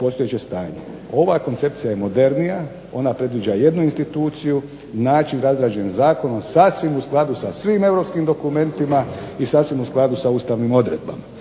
postojeće stanje, ova koncepcija je modernija, ona predviđa jednu instituciju, način razrađen zakonom, sasvim u skladu sa svim Europskim dokumentima i sasvim u skladu sa ustavnim odredbama.